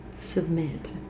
submit